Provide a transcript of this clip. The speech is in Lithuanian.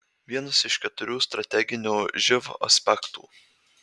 vienas iš keturių strateginio živ aspektų